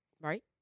right